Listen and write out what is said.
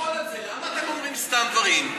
למה אתם אומרים סתם דברים?